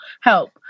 Help